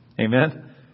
Amen